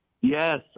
Yes